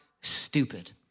stupid